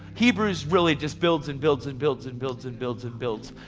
hebrews really just builds, and builds, and builds, and builds, and builds, and builds.